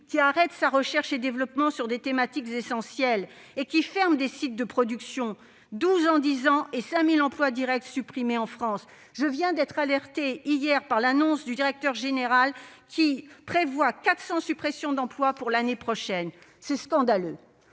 qui cesse sa recherche et développement sur des thématiques essentielles et qui ferme des sites de production- douze en dix ans, et 5 000 emplois directs supprimés en France. Je viens d'être alertée de l'annonce du directeur général, hier, qui prévoit 400 suppressions d'emplois l'année prochaine. C'est scandaleux